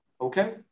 Okay